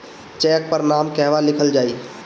Check पर नाम कहवा लिखल जाइ?